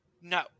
No